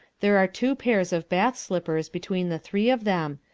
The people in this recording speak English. there are two pairs of bath slippers between the three of them,